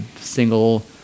single